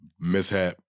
mishap